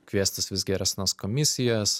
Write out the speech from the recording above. kviestis vis geresnes komisijas